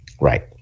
Right